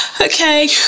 okay